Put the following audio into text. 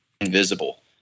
invisible